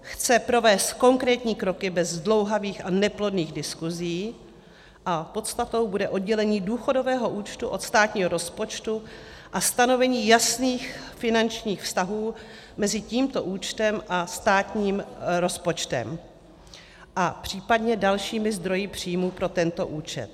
Chce provést konkrétní kroky bez zdlouhavých a neplodných diskusí a podstatou bude oddělení důchodového účtu od státního rozpočtu a stanovení jasných finančních vztahů mezi tímto účtem a státním rozpočtem a případně dalšími zdroji příjmů pro tento účet.